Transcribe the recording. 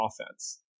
offense